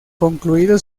concluido